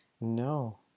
No